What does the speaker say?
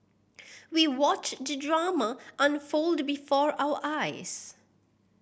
we watched the drama unfold before our eyes